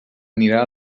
anirà